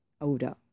older